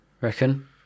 Reckon